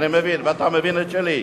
ואתה מבין את שלי.